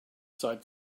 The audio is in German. seit